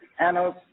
Anos